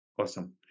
Awesome